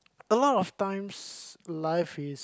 a lot of times life is